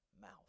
mouth